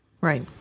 Right